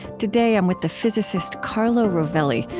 today, i'm with the physicist carlo rovelli,